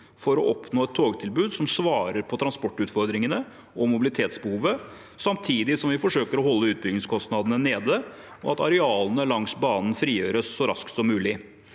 for å oppnå et togtilbud som svarer på transportutfordringene og mobilitetsbehovet, samtidig som vi forsøker å holde utbyggingskostnadene nede, og at arealene langs banen frigjøres så raskt som mulig.